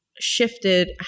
shifted